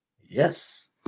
Yes